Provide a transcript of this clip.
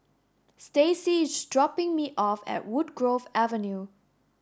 Stacey is dropping me off at Woodgrove Avenue